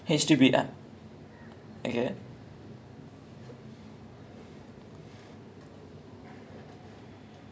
ya so ya H_D_B so ya so like when I was moving in we I had my grandmother and my grandfather with me also